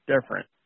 different